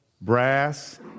brass